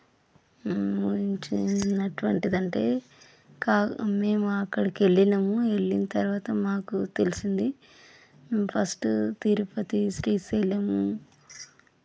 ఊహించలేనటువంటిదంటే క మేము అక్కడకెళ్ళినము వెళ్ళిన తర్వాత మాకు తెలిసింది ఫస్టు తిరుపతి శ్రీశైలము